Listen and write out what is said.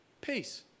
peace